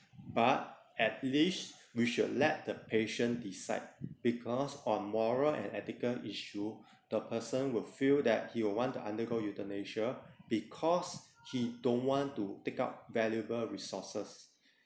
but at least we should let the patient decide because on moral and ethical issue the person will feel that he will want to undergo euthanasia because he don't want to take up valuable resources